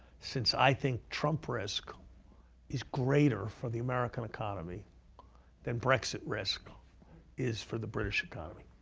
since i think trump risk is greater for the american economy than brexit risk is for the british economy.